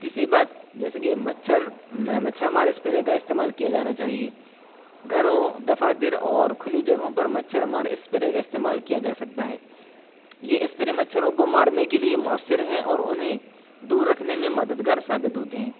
تیسری بات جیسے کہ مچھر مچھر مار اسپرے کا استعمال کیا جانا چاہیے گھروں دفاتر اور کھلی جگہوں پر مچھر مار اسپرے کا استعمال کیا جا سکتا ہے یہ اسپرے مچھروں کو مارنے کے لیے مؤثر ہیں اور انہیں دور رکھنے میں مددگار ثابت ہوتے ہیں